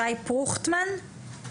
שי פרוכטמן,